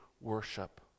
worship